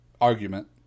argument